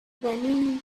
venim